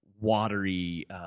watery